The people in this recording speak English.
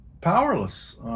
powerless